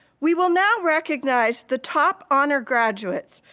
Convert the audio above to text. we will now recognize the top honor graduates,